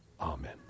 Amen